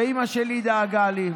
ואימא שלי דאגה לי,